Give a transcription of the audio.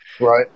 right